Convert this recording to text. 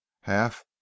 half